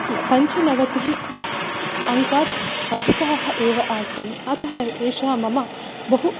पञ्चनवतिः अङ्काः अधिकाः एव आसन् अतः एषा मम बहु